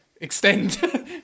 extend